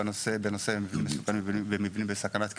הקודמת בנושא מבנים מסוכנים ומבנים בסכנת קריסה.